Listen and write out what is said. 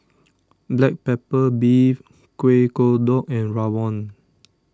Black Pepper Beef Kueh Kodok and Rawon